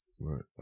Right